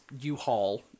U-Haul